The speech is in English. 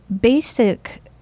basic